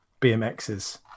BMXs